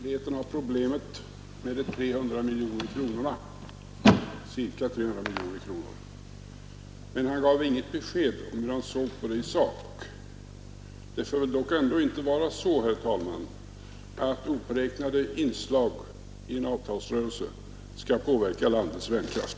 Herr talman! Försvarsministern bekräftade förefintligheten av problemet med de 300 miljonerna, ca 300 miljoner, men han gav inte något besked om hur han såg på det i sak. Det får väl ändock inte vara så, herr talman, att opåräknade inslag i en avtalsrörelse skall påverka landets värnkraft.